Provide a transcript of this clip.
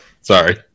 Sorry